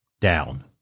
down